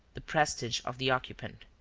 the prestige of the occupant.